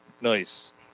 nice